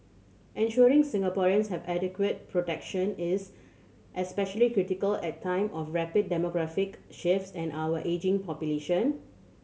ensuring Singaporeans have adequate protection is especially critical at time of rapid demographic shifts and our ageing population